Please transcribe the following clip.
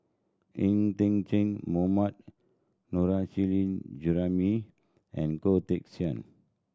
Ng Mohammad Nurrasyid Juraimi and Goh Teck Sian